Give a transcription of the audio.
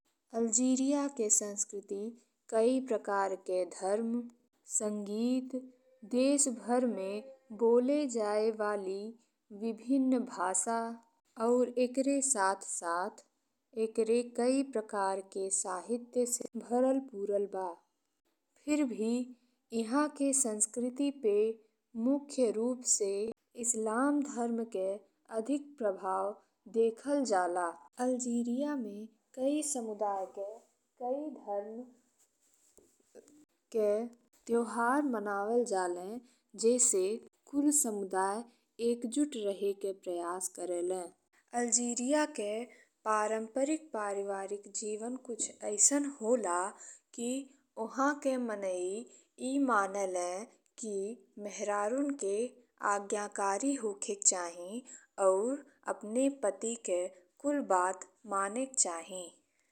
Algeria के संस्कृति कई प्रकार के धर्म, संगीत, देश भर में बोले जाए वाली भाषा और एकरे साथ-साथ एकरे कई प्रकार के साहित्य से भरल पूरल बा फिर भी इहाँ के संस्कृति पे मुख्य रूप से इस्लाम धर्म के अधिक प्रभाव देखल जाला। अल्जीरिया में कई समुदाय के कई धर्म के त्योहार मनावल जाले। जइसे कुल समुदाय एकजुट रहल के प्रयास करेले। अल्जीरिया के पारंपरिक पारिवारिक जीवन कुछ अइसन होला कि ओह के मनई ई मानेलें कि मेहरारू के आज्ञाकारी होखेके चाही और अपने पति के कुल बात मानेके चाही।